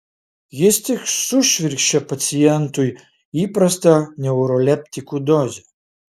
jis tik sušvirkščia pacientui įprastą neuroleptikų dozę